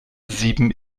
sieben